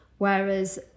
Whereas